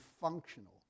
functional